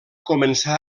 començar